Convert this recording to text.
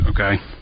okay